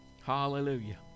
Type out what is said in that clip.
Hallelujah